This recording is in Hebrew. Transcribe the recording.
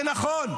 זה נכון.